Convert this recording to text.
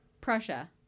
Prussia